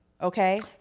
okay